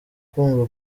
kumva